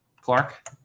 Clark